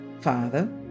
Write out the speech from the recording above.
Father